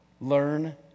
learn